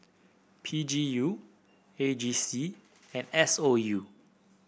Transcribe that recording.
P G U A G C and S O U